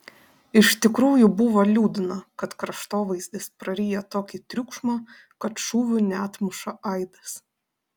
iš tikrųjų buvo liūdna kad kraštovaizdis praryja tokį triukšmą kad šūvių neatmuša aidas